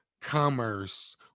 commerce